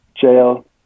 jail